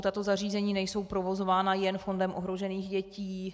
Tato zařízení nejsou provozována jen Fondem ohrožených dětí.